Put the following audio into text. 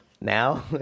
now